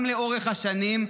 גם לאורך השנים.